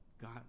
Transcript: God